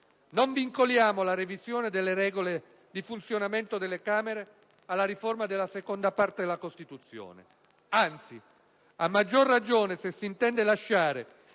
Non vincoliamo la revisione delle regole di funzionamento delle Camere alla riforma della Parte II della Costituzione. Anzi: a maggior ragione se si intende lasciare